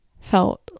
felt